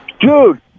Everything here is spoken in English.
Dude